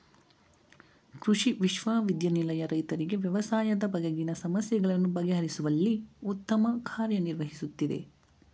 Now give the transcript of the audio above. ಕೃಷಿ ವಿಶ್ವವಿದ್ಯಾನಿಲಯ ರೈತರಿಗೆ ವ್ಯವಸಾಯದ ಬಗೆಗಿನ ಸಮಸ್ಯೆಗಳನ್ನು ಬಗೆಹರಿಸುವಲ್ಲಿ ಉತ್ತಮ ಕಾರ್ಯ ನಿರ್ವಹಿಸುತ್ತಿದೆ